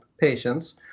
patients